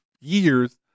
years